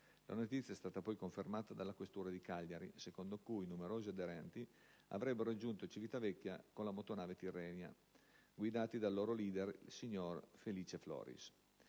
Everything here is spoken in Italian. La notizia è stata poi confermata dalla questura di Cagliari, secondo cui numerosi aderenti avrebbero raggiunto Civitavecchia con la motonave Tirrenia, guidati dal loro leader, il signor Felice Floris.